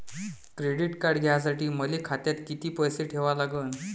Credit card घ्यासाठी मले खात्यात किती पैसे ठेवा लागन?